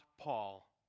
Paul